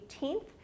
18th